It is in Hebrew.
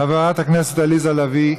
חברת הכנסת עליזה לביא,